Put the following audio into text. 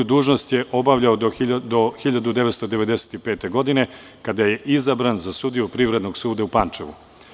Dužnost je obavljao do 1995. godine, kada je izabran za sudiju Privrednog suda u Pančevu.